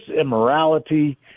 immorality